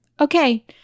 okay